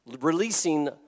releasing